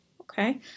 Okay